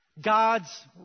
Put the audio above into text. God's